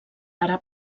ara